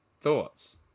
thoughts